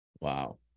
Wow